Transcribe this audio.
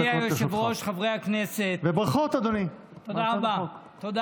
תודה רבה.